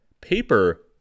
paper